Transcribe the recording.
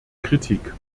kritik